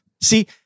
See